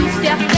Step